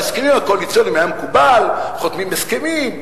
בהסכמים הקואליציוניים היה מקובל: חותמים הסכמים,